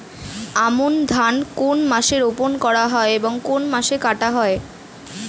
আমন ধান কোন মাসে রোপণ করা হয় এবং কোন মাসে কাটা হয়?